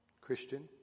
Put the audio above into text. Christian